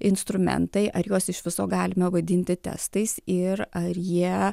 instrumentai ar juos iš viso galime vadinti testais ir ar jie